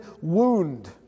wound